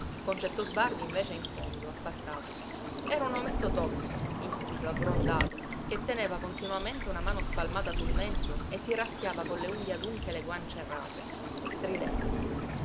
concetto sbardi invece in fondo appartato era un ometto tozzo ispido aggrondato che teneva continuamente una mano spalmata sul mento e si raschiava con le unghie adunche le guance rase stridenti